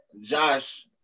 Josh